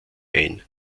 ein